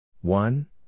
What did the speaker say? one